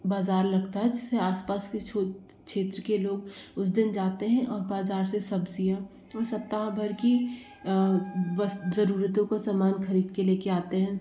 बाज़ार लगता है जिससे आसपास के क्षेत्र के लोग उस दिन जाते हैं और बाज़ार से सब्ज़ियाँ और सप्ताह भर की ज़रूरतों का सामान ख़रीद के लेकर आते हैं